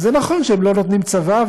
אז נכון שהם לא נותנים צבא,